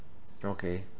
okay